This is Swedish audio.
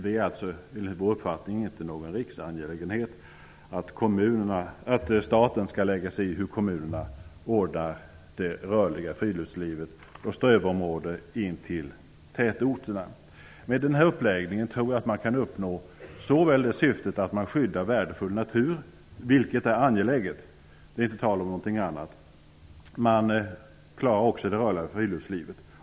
Det är alltså enligt vår uppfattning inte någon riksangelägenhet att staten skall lägga sig i hur kommunerna ordnar med möjligheterna till rörligt friluftsliv och tillgång till strövområden intill tätorterna. Med denna uppläggning tror jag att man kan uppnå såväl syftet att skydda värdefull natur -- vilket är angeläget, det är inte tal om någonting annat -- och det rörliga friluftslivet.